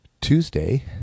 Tuesday